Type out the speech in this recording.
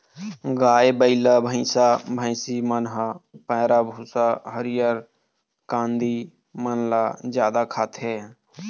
गाय, बइला, भइसा, भइसी मन ह पैरा, भूसा, हरियर कांदी मन ल जादा खाथे